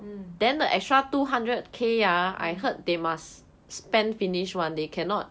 mm mm